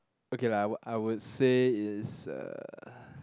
okay lah I would I would say is uh